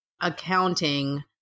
accounting